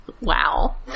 Wow